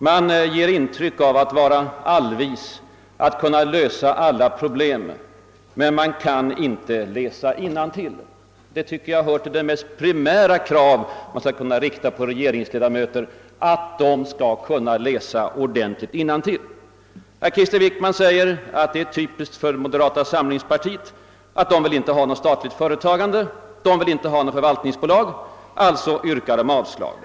Man ger intryck av att vara allvis och att kunna lösa alla problem, men man kan inte läsa innantill, vilket jag tycker hör till de mest primära krav man kan ställa på regeringsledamöter. Krister Wickman säger att det är typiskt för moderata samlingspartiet att inte vilja ha något statligt företagande och något förvaltningsbolag och att moderata samlingspartiet alltså yrkar avslag.